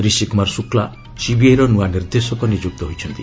ରିଶି କୁମାର ଶୁକ୍ଲା ସିବିଆଇର ନୂଆ ନିର୍ଦ୍ଦେଶକ ନିଯୁକ୍ତ ହୋଇଛନ୍ତି